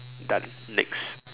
done next